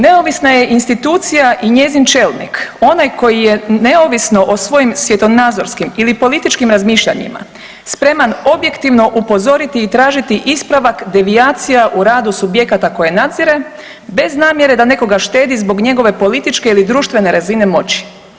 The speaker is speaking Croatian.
Neovisna je institucija i njezin čelnik onaj koji je neovisno o svojim svjetonazorskim ili političkim razmišljanjima spreman objektivno upozoriti i tražiti ispravak devijacija u radu subjekata koje nadzire bez namjere da nekoga štedi zbog njegove političke ili društvene razine moći.